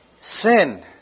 Sin